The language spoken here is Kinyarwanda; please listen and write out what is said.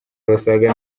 basaga